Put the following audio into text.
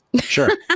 Sure